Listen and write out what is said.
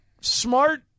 smart